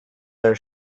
their